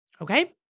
okay